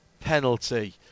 penalty